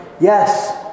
Yes